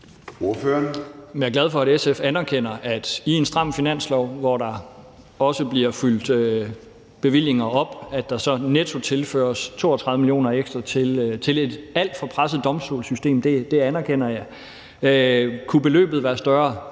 Jeg er glad for, at SF anerkender, at der i en stram finanslov, hvor der også bliver fyldt bevillinger op, så netto tilføres 32 mio. kr. til et alt for presset domstolssystem, for det anerkender jeg at det er. Kunne beløbet være større?